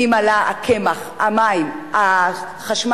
כי אם עלה מחיר הקמח, המים, החשמל,